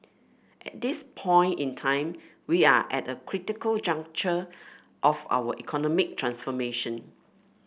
at this point in time we are at a critical juncture of our economic transformation